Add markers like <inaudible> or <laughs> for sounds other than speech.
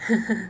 <laughs>